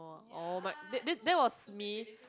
oh but that that was me